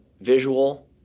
visual